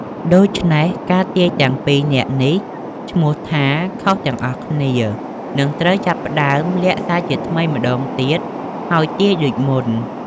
ដូច្នេះ ការទាយទាំង ២ នាក់នេះឈ្មោះថា ខុស ទាំងអស់គ្នា នឹងត្រូវចាប់ផ្តើមលាក់សាជាថ្មីម្តងទៀត ហើយទាយដូចមុន។